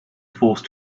forced